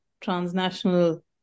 transnational